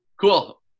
cool